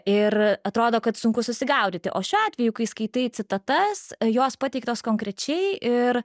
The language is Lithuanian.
ir atrodo kad sunku susigaudyti o šiuo atveju kai skaitai citatas jos pateiktos konkrečiai ir